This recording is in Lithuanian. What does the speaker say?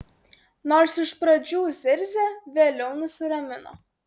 nors iš pradžių zirzė vėliau nusiramino